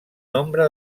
nombre